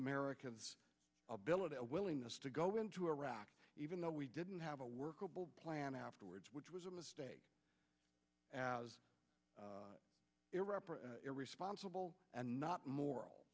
america's ability willingness to go into iraq even though we didn't have a workable plan afterwards which was a mistake as iraq a responsible and not mor